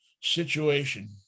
situation